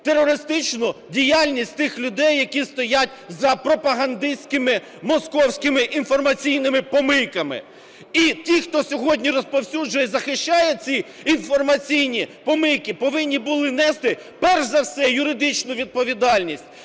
терористичну діяльність тих людей, які стоять за пропагандистськими московськими інформаційними помийками. І ті, хто сьогодні розповсюджує і захищає ці інформаційні помийки, повинні були нести перш за все юридичну відповідальність.